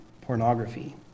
pornography